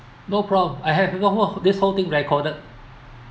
no problem I have whol~ whol~ this whole thing recorded